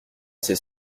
sait